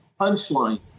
punchline